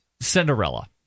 Cinderella